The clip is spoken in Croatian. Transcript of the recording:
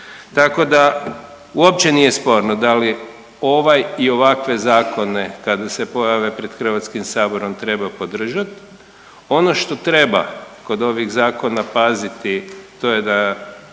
Tako da uopće nije sporno da li ovaj i ovakve zakone kada se pojave pred HS treba podržat. Ono što treba kod ovih zakona paziti to je da,